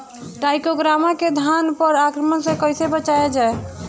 टाइक्रोग्रामा के धान पर आक्रमण से कैसे बचाया जाए?